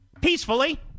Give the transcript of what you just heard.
peacefully